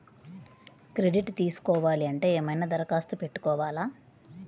Credit తీసుకోవాలి అంటే ఏమైనా దరఖాస్తు పెట్టుకోవాలా?